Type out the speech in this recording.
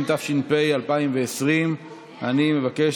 מי נגד?